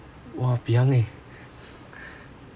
!wahpiang! leh